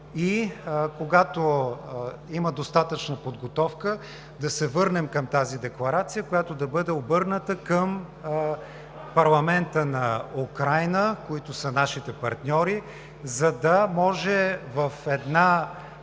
и когато има достатъчно подготовка, да се върнем към тази декларация, която да бъде обърната към парламента на Украйна, които са нашите партньори, за да може в една